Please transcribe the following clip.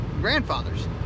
grandfathers